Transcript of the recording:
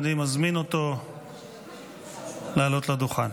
ואני מזמין אותו לעלות לדוכן.